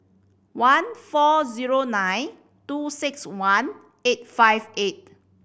one four zero nine two six one eight five eight